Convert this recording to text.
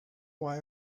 why